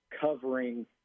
covering